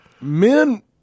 Men